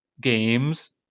games